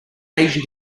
asian